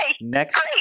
Next